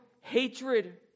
hatred